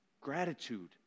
Gratitude